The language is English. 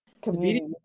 community